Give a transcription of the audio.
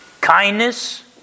kindness